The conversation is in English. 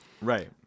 Right